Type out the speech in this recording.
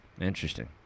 interesting